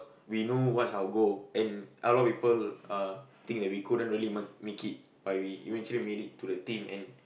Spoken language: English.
we know what's our goal and a lot of people uh think that we couldn't really m~ make it but we eventually made it to the team and